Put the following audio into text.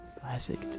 Classic